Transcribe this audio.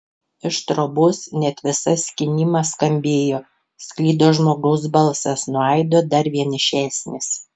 iš trobos net visas skynimas skambėjo sklido žmogaus balsas nuo aido dar vienišesnis